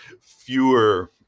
fewer